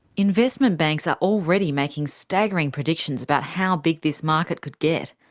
investment banks are already making staggering predictions about how big this market could get.